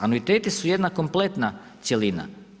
Anuiteti su jedna kompletna cjelina.